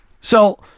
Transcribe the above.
So-